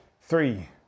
three